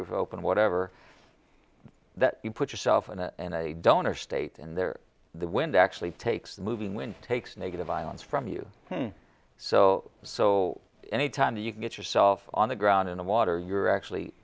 sunroof open whatever that you put yourself in a donor state in there the wind actually takes moving when takes negative ions from you so so anytime that you can get yourself on the ground in the water you're actually